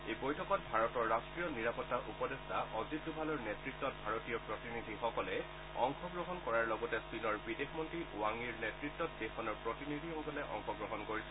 এই বৈঠকত ভাৰতৰ ৰাষ্ট্ৰীয় নিৰাপত্তা উপদেষ্টা অজিত দোভালৰ নেত়ত্বত ভাৰতীয় প্ৰতিনিধিসকলে অংশগ্ৰহণ কৰাৰ লগতে চীনৰ বিদেশ মন্ত্ৰী ৱাং ইৰ নেত়ত্বত দেশখনৰ প্ৰতিনিধিসকলে অংশগ্ৰহণ কৰিছে